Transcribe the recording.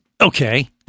Okay